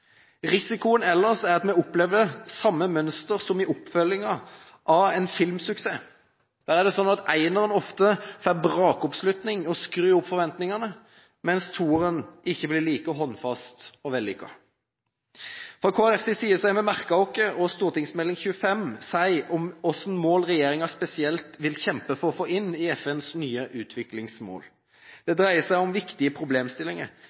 Risikoen ellers er at vi opplever samme mønster som i oppfølgingen av en filmsuksess. Der er det slik at eneren ofte får brakoppslutning og skrur opp forventningene, mens toeren ikke blir like håndfast og vellykket. Fra Kristelig Folkepartis side har vi merket oss hva Meld. St. 25 for 2012–2013 sier om hvilke mål regjeringen spesielt vil kjempe for å få inn i FNs nye utviklingsmål. Det dreier seg om viktige problemstillinger